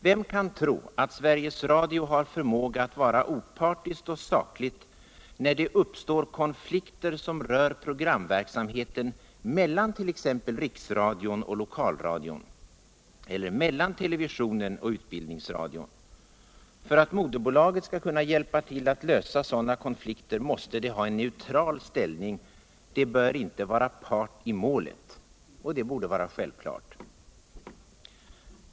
Vem kan tro att företaget Sveriges Radio har förmåga att vara opartiskt och sakligt, när det uppstår konflikter som rör programverksamheten mellan t.ex. riksrudion och lokalradion eller mellan televisionen och utbildningsrudion? För att moderbolaget skall kunna hjälpa till att lösa sådana konflikter måste det ha en neutral ställning. Det bör inte vara part I målet. Det borde vara självklart.